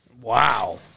Wow